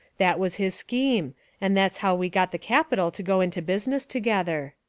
that was his scheme and that's how we got the cap ital to go into business together.